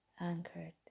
anchored